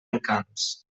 encants